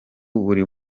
buri